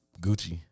gucci